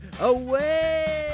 away